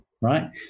right